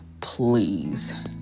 please